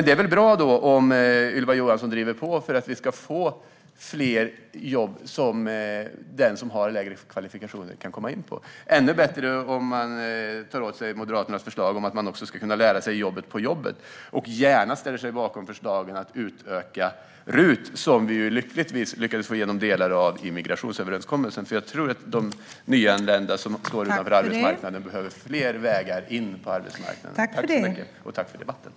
Det är väl bra om Ylva Johansson driver på för att vi ska få fler jobb som de med lägre kvalifikationer kan ta. Ännu bättre vore det om man tog till sig Moderaternas förslag om att man ska kunna lära sig jobbet på jobbet och dessutom ställer sig bakom förslaget att utöka RUT, som vi lyckligtvis lyckades få igenom delar av i migrationsöverenskommelsen. Jag tror att de nyanlända som står utanför arbetsmarknaden behöver fler vägar in på den. Tack för debatten!